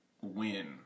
win